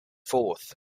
forth